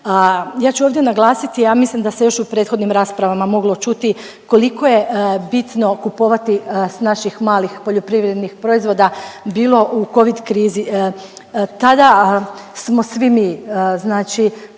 Ja ću ovdje naglasiti, ja mislim da se još u prethodnim raspravama moglo čuti koliko je bitno kupovati s naših malih poljoprivrednih proizvoda bilo u covid krizi. Tada smo svi mi znači